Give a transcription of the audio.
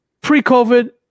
pre-COVID